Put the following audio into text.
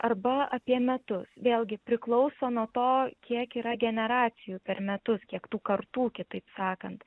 arba apie metus vėlgi priklauso nuo to kiek yra generacijų per metus kiek tų kartų kitaip sakant